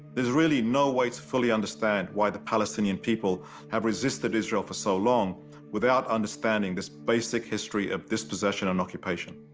really no way to fully understand why the palestinian people have resisted israel for so long without understanding this basic history of dispossession and occupation.